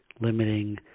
limiting